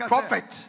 Prophet